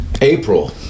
April